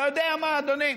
אתה יודע מה, אדוני?